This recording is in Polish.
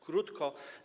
Krótko.